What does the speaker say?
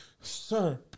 sir